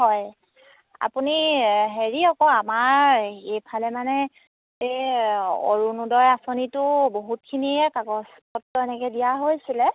হয় আপুনি হেৰি আকৌ আমাৰ এইফালে মানে এই অৰুণোদয় আঁচনিতো বহুতখিনিয়ে কাগজ পত্ৰ এনেকৈ দিয়া হৈছিলে